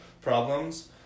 problems